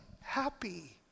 happy